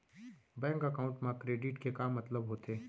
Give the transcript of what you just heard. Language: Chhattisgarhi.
बैंक एकाउंट मा क्रेडिट के का मतलब होथे?